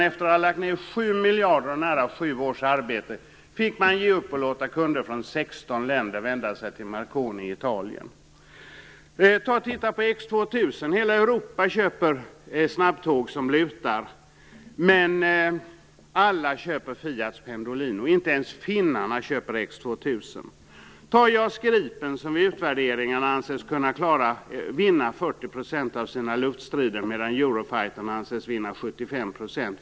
Efter att ha lagt ned 7 miljarder kronor och nära sju års arbete fick man ge upp och låta kunder från 16 länder vända sig till Merconi i Italien. Se på X 2000. Hela Europa köper snabbtåg som lutar, men alla köper Fiats Pendolino. Inte ens finländarna köper X 2000. Tag Jas Gripen, som enligt utvärderingarna anses vinna 40 % av sina luftstrider, medan Eurofighter anses vinna 75 %.